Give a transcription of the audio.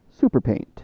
SuperPaint